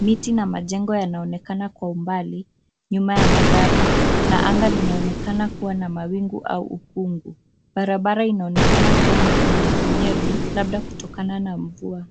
Miti na majengo yanaonekana kwa umbali nyuma ya magari na anga linaonekana kuwa na mawingu au ukungu. Barabara inaonekana kuwa na unyevunyevu, labda kutokana na mvua.